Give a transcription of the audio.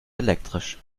elektrisch